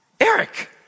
Eric